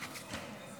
להעביר